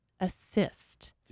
Assist